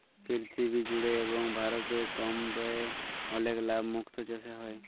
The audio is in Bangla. পীরথিবী জুড়ে এবং ভারতে কম ব্যয়ে অলেক লাভ মুক্ত চাসে হ্যয়ে